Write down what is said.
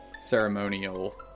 ceremonial